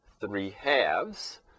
three-halves